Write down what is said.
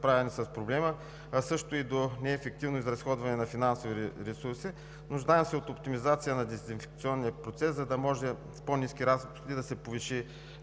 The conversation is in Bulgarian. справяне с проблема, а също и до неефективно изразходване на финансовите ресурси. Нуждаем се от оптимизация на дезинфекционния процес, за да може с по-ниски разходи да се повиши